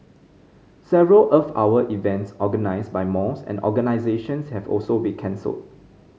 several Earth Hour events organised by malls and organisations have also been cancelled